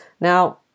Now